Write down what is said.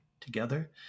Together